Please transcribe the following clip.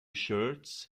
shirts